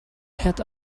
had